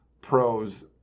pros